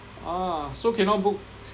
ah so cannot book